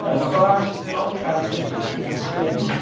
and the virus is not transmitted through the skin.